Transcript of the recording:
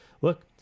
look